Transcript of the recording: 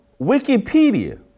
Wikipedia